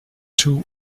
two